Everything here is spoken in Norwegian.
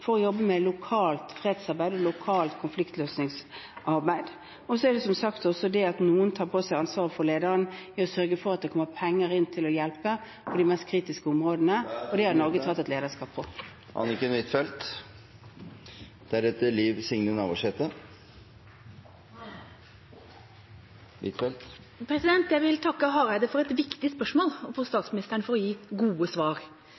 for å jobbe med lokalt fredsarbeid, lokalt konfliktløsningsarbeid. Så er det som sagt også dette med at noen tar på seg lederansvaret ved å sørge for at det kommer penger inn til å hjelpe i de mest kritiske områdene. Det har Norge tatt et lederskap på. Anniken Huitfeldt – til oppfølgingsspørsmål. Jeg vil takke Hareide for et viktig spørsmål og statsministeren for å gi gode svar.